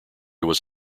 was